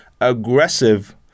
aggressive